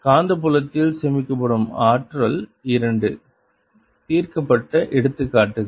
காந்தப்புலத்தில் சேமிக்கப்படும் ஆற்றல் II தீர்க்கப்பட்ட எடுத்துக்காட்டுகள்